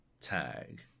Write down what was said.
tag